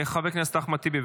חבר הכנסת אחמד טיבי,